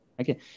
Okay